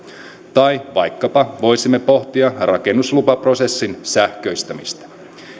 vuoteen tai voisimme pohtia vaikkapa rakennuslupaprosessin sähköistämistä